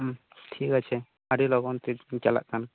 ᱴᱷᱤᱠ ᱟᱪᱷᱮ ᱟᱹᱰᱤ ᱞᱚᱜᱚᱱ ᱛᱮᱞᱤᱧ ᱪᱟᱞᱟᱜ ᱠᱟᱱᱟ